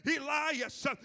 Elias